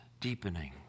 deepening